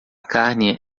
carne